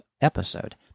episode